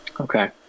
Okay